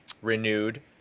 renewed